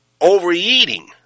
overeating